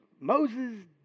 Moses